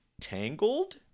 Tangled